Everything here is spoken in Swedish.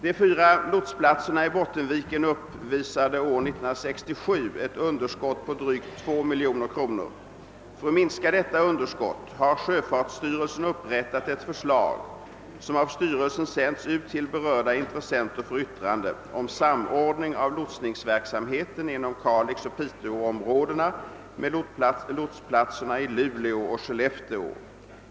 De fyra lotsplatserna i Bottenviken uppvisade år 1967 ett underskott på drygt 2 miljoner kronor. För att minska detta underskott har sjöfartsstyrelsen upprättat ett förslag — som av styrelsen sänts ut till berörda intressenter för yttrande — om samordning av lotsningsverksamheten inom kalixoch piteåområdena med lotsplatserna i Luleå och Skellefteå.